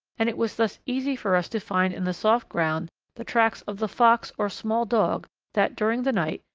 and it was thus easy for us to find in the soft ground the tracks of the fox or small dog that, during the night,